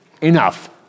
enough